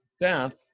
death